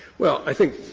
well, i think,